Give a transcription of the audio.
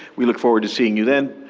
we look forward to seeing you then.